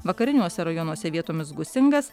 vakariniuose rajonuose vietomis gūsingas